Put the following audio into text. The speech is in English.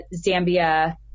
Zambia